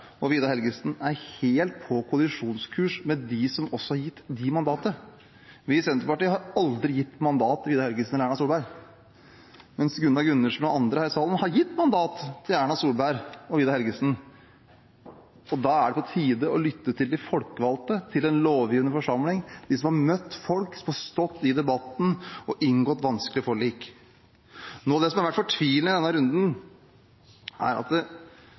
og Vidar Helgesen er helt på kollisjonskurs med dem som også har gitt dem mandatet. Vi i Senterpartiet har aldri gitt mandat til Vidar Helgesen eller Erna Solberg, mens Gunnar Gundersen og andre her i salen har gitt mandat til Erna Solberg og Vidar Helgesen. Da er det på tide å lytte til de folkevalgte, til den lovgivende forsamling, til dem som har møtt folk, stått i debatten og inngått vanskelige forlik. Noe av det som har vært fortvilende i denne runden, er at